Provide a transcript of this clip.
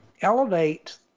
elevate